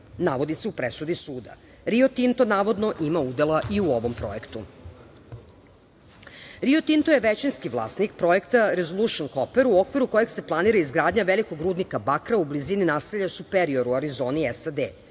navodi se u presudi suda. Rio Tinto je navodno imao udela i u ovom projektu. Rio Tinto je većinski vlasnik projekta „Rezolušn koper“ u okviru kojeg se planira izgradnja velikog rudnika bakra u blizini naselja Superior u Arizoni, u SAD.